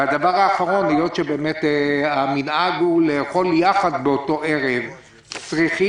והדבר האחרון היות והמנהג הוא לאכול יחד באותו ערב צריכים